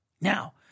Now